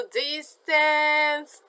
distance